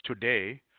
today